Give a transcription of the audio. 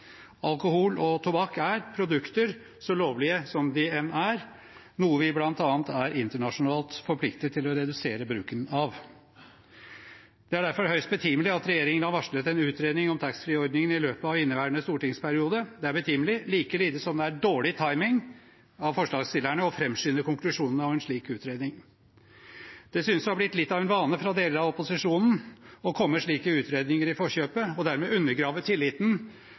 Alkohol og tobakk er produkter, hvor lovlige de enn er, som vi internasjonalt er forpliktet til å redusere bruken av. Det er derfor høyst betimelig at regjeringen har varslet en utredning av taxfree-ordningen i løpet av inneværende stortingsperiode. Det er betimelig, like mye som det er dårlig timing av forslagsstillerne å fremskynde konklusjonene av en slik utredning. Det synes å ha blitt litt av en vane i deler av opposisjonen å komme slike utredninger i forkjøpet og dermed undergrave tilliten